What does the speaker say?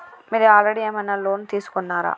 మీరు ఆల్రెడీ ఏమైనా లోన్ తీసుకున్నారా?